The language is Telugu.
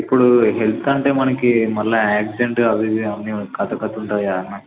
ఇప్పుడు హెల్త్ అంటే మనకు మరల యాక్స్డెంట్ అవి ఇవి అవన్నీ కథ కథ ఉంటాయి కదా అన్న